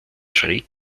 schräg